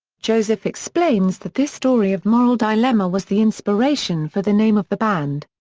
joseph explains that this story of moral dilemma was the inspiration for the name of the band.